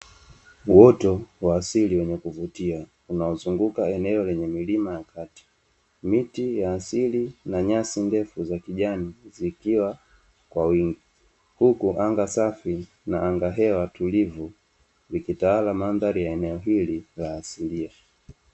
Uoto wa asili wenye kuvutia, unaozunguka eneo lenye milima ya kati, miti ya asili na nyasi ndefu za kijani zikiwa kwa wingi, huku anga safi na anga hewa tulivu likitawala mandhari ya eneo hili la asilia .